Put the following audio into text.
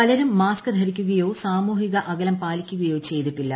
പലരും മാസ്ക് ധരിക്കുകയോ സാമൂഹിക അകലം പാലിക്കുകയോ ചെയ്തിട്ടില്ല